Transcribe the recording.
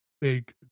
big